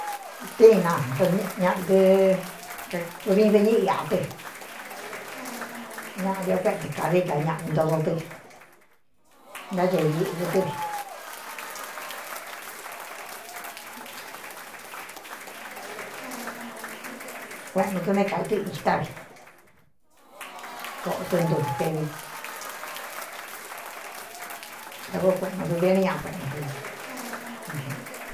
Tíin na ñaɨ kakudiin dɨ ñɨꞌi iꞌa tɨ ñaꞌadiꞌ ó kuéꞌtɨ kādií ka ñaꞌai ntodo tɨ ntácēi ɨꞌkɨ tɨ́ vi kueꞌnu tɨ né kaitɨ itá vi kōꞌo tɨntutevi nta kóo kueꞌnu tɨ di éni ñaꞌa kueꞌnu tɨ vi.